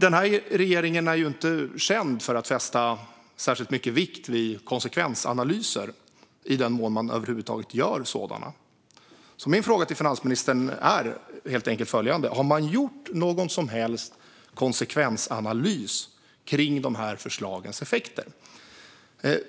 Den här regeringen är inte känd för att fästa särskilt stor vikt vid konsekvensanalyser, i den mån man över huvud taget gör sådana. Min fråga till finansministern är helt enkelt: Har man gjort någon som helst konsekvensanalys av de här förslagens effekter?